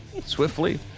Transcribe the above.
Swiftly